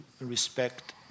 respect